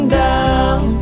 down